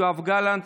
יואב גלנט,